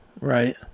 Right